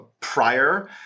prior